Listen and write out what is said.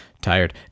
tired